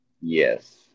Yes